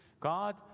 god